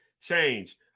change